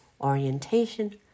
orientation